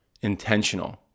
intentional